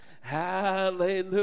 Hallelujah